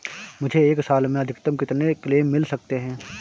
मुझे एक साल में अधिकतम कितने क्लेम मिल सकते हैं?